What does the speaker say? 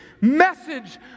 message